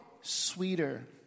sweeter